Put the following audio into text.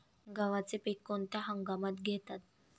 गव्हाचे पीक कोणत्या हंगामात घेतात?